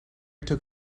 took